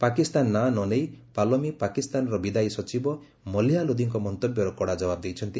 ପାକିସ୍ତାନ ନାଁ ନ ନେଇ ପାଲୋମୀ ପାକିସ୍ତାନର ବିଦାୟୀ ସଚିବ ମଲିହା ଲୋଧିଙ୍କ ମନ୍ତବ୍ୟର କଡ଼ା ଜବାବ ଦେଇଛନ୍ତି